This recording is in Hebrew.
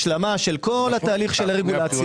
השלמה של כל תהליך רגולציה